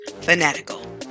fanatical